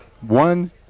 One